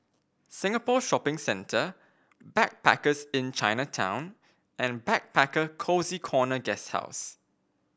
Singapore Shopping Centre Backpackers Inn Chinatown and Backpacker Cozy Corner Guesthouse